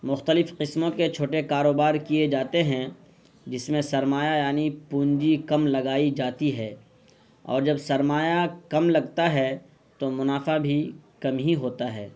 مختلف قسموں کے چھوٹے کاروبار کئے جاتے ہیں جس میں سرمایہ یعنی پونجی کم لگائی جاتی ہے اور جب سرمایہ کم لگتا ہے تو منافع بھی کم ہی ہوتا ہے